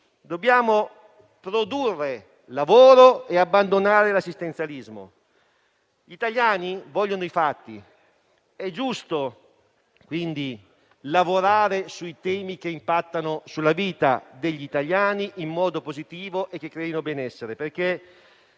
Dobbiamo produrre lavoro e abbandonare l'assistenzialismo. Gli italiani vogliono i fatti. È giusto quindi lavorare sui temi che impattano sulla vita degli italiani in modo positivo e che creano benessere;